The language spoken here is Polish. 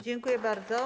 Dziękuję bardzo.